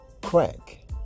crack